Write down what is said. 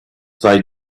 they